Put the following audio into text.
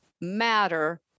matter